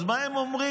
אז מה הם אומרים?